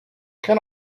can